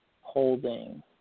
holding